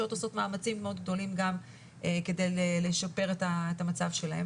עושות מאמצים מאוד גדולים גם לשפר את המצב שלהם,